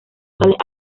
tales